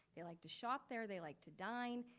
they like to shop there, they like to dine,